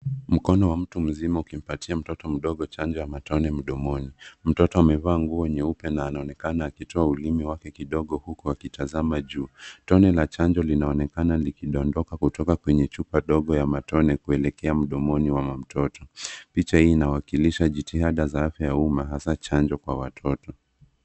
Mkono wa mtu mzima ukimpatia mtoto mdogo chanjo ya matone mdomoni. Mtoto amevaa nguo nyeupe na anaonekana akitoa ulimi wake kidogo huku akitazama juu. Tone la chanjo linaonekana likidondoka kutoka kwenye chupa dogo ya matone kuelekea mdomoni wa mtoto. Picha hii inawakilisha jitihada za afya ya umma hasaa chanjo kwa watoto.